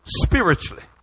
spiritually